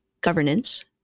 governance